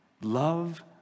Love